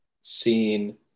seen